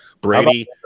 Brady